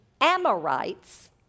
Amorites